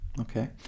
Okay